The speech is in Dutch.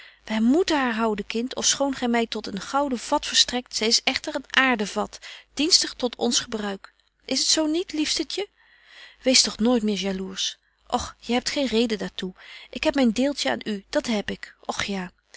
wy moeten haar houden kind ofschoon gy my tot een gouden vat verstrekt zy is echter een aarden vat dienstig tot ons gebruik is het zo niet liefstetje wees toch nooit meer jalours och jy hebt geen reden daar toe ik heb myn deeltje aan u dat heb ik och ja